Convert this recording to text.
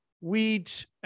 Wheat